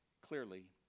clearly